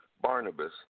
Barnabas